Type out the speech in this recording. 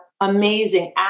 amazing